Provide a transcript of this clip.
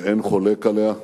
שאין חולק עליה.